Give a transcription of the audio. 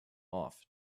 off